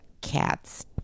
cats